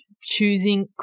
choosing